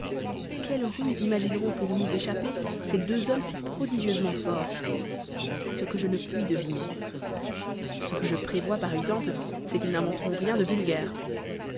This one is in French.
quelle ruse imagineront pour nous échapper ces deux hommes si prodigieusement forts c'est ce que je ne puis deviner ce que je prévois par exemple c'est qu'ils n'inventeront rien de vulgaire